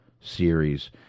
series